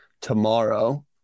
Tomorrow